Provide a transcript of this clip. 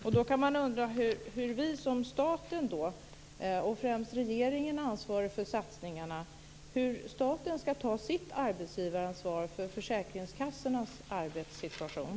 Då kan man undra hur staten och främst regeringen, som är ansvarig för satsningarna, ska ta sitt arbetsgivaransvar för försäkringskassornas arbetssituation.